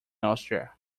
austria